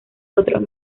otros